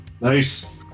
Nice